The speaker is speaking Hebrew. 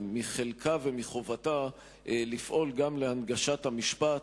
מחלקה ומחובתה לפעול גם להנגשת המשפט,